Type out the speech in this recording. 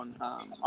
on